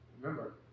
remember